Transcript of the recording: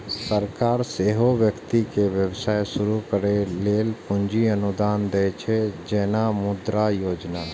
सरकार सेहो व्यक्ति कें व्यवसाय शुरू करै लेल पूंजी अनुदान दै छै, जेना मुद्रा योजना